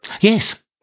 Yes